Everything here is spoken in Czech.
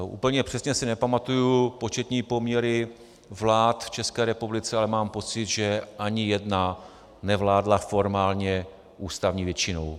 Úplně přesně si nepamatuji početní poměry vlád v České republice, ale mám pocit, že ani jedna nevládla formálně ústavní většinou.